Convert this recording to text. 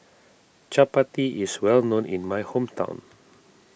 Chappati is well known in my hometown